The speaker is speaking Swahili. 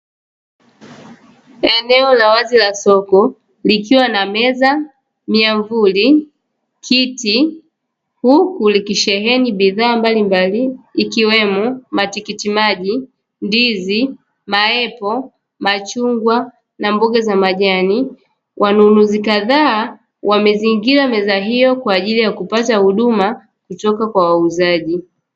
Eneo la wazi la soko likiwa na; meza, miavuli, kiti huku likisheheni bidhaa mbalimbali ikiiwemo; matikitimaji, ndizi, maepo, machungwa na mboga za majani. Wanunuzi kadhaa wamezingira meza hiyo kwajili ya kupata huduma kutoka kwa wauzaji.